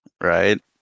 Right